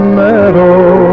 meadow